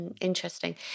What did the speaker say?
interesting